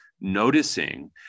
noticing